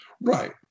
Right